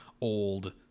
old